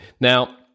Now